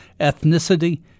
ethnicity